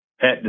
pet